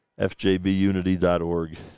Fjbunity.org